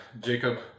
Jacob